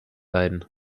leiden